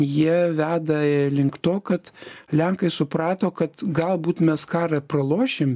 jie veda link to kad lenkai suprato kad galbūt mes karą pralošim